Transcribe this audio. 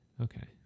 okay